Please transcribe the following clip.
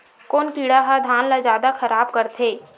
कोन कीड़ा ह धान ल जादा खराब करथे?